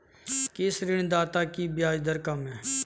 किस ऋणदाता की ब्याज दर कम है?